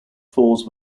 falls